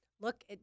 look